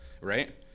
Right